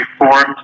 Reformed